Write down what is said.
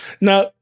now